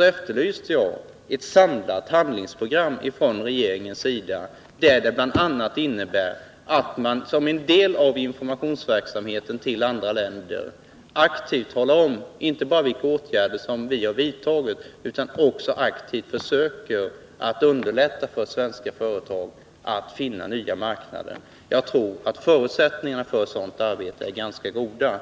efterlyste jag ett samlat handlingsprogram från regeringens sida, där man bl.a. som en del av informationsverksamheten till andra länder inte bara aktivt talar om vilka åtgärder vi har vidtagit utan också aktivt försöker underlätta för svenska företag att finna nya marknader. Jag tror förutsättningarna för sådant arbete är relativt goda.